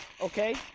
Okay